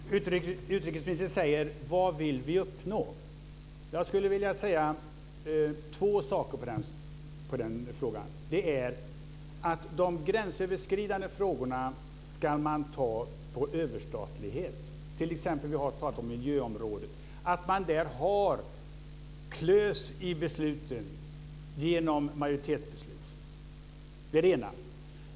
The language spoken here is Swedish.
Fru talman! Utrikesministern frågar: Vad vill vi uppnå? Jag skulle vilja svara två saker på den frågan. Det är att de gränsöverskridande frågorna ska behandlas med överstatlighet. Vi har t.ex. talat om miljöområdet. Där är det viktigt att man har klös i besluten genom majoritetsbeslut. Det är det ena.